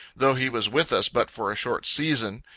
though he was with us but for a short season.